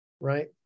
right